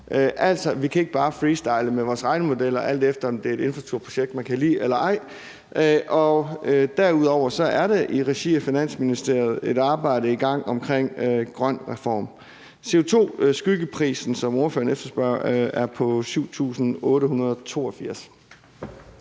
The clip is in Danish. Altså, vi kan ikke bare freestyle med vores regnemodeller, alt efter om det er et infrastrukturprojekt, man kan lide eller ej. Derudover er der i regi af Finansministeriet et arbejde i gang omkring GrønREFORM. CO2-skyggeprisen, som spørgeren efterspørger, er på 7.882